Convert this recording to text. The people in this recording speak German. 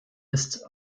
ist